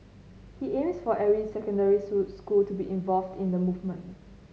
he aims for every secondary school to be involved in the movement